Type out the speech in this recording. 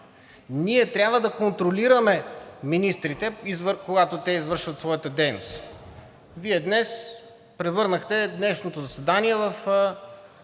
Ние трябва да контролираме министрите, когато те извършват своята дейност. Вие днес превърнахте днешното заседание в